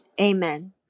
amen